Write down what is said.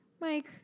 Mike